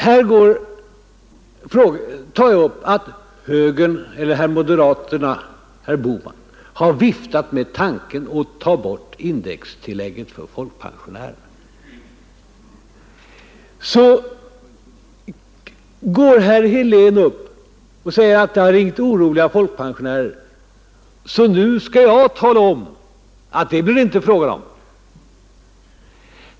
Här tar jag upp att moderaterna med herr Bohman har viftat med tanken att ta bort indextillägget för folkpensionären. Då går herr Helén upp i talarstolen och säger att det har ringt oroliga folkpensionärer, och då skall jag tala om att det inte blir fråga om att ta bort indextillägget.